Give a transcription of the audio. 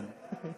אדוני.